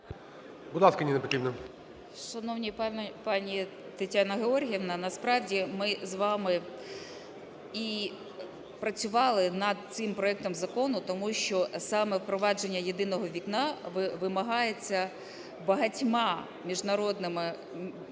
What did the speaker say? ЮЖАНІНА Н.П. Шановна пані Тетяна Георгіївна, насправді ми з вами і працювали над цим проектом закону, тому що саме впровадження "єдиного вікна" вимагається багатьма міжнародними законодавствами.